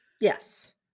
Yes